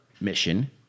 mission